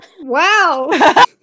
wow